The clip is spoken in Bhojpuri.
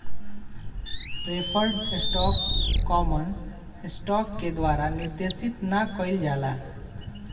प्रेफर्ड स्टॉक कॉमन स्टॉक के द्वारा निर्देशित ना कइल जाला